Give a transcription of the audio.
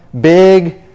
big